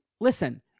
Listen